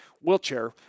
wheelchair